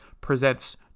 presents